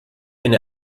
eine